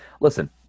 listen